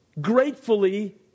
gratefully